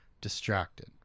distracted